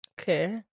Okay